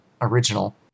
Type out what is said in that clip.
original